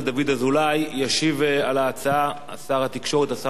ישיב על ההצעה שר התקשורת השר משה כחלון, בבקשה.